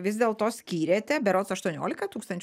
vis dėlto skyrėte berods aštuoniolika tūkstančių